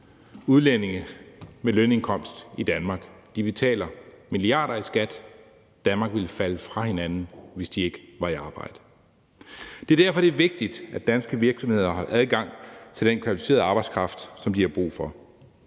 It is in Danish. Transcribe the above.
udlændinge med lønindkomst i Danmark. De betaler milliarder i skat. Danmark ville falde fra hinanden, hvis de ikke var i arbejde. Det er derfor, det er vigtigt, at danske virksomheder har adgang til den kvalificerede arbejdskraft, som de har brug for.